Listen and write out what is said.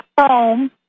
home